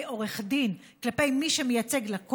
כלפי עורך דין,